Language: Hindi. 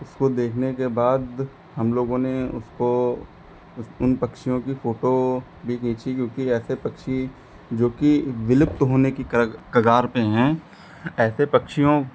उसको देखने के बाद हम लोगों ने उसको उस उन पक्षियों की फ़ोटो भी खींची क्योंकि ऐसे पक्षी जो कि विलुप्त होने की कगार पर हैं ऐसे पक्षियों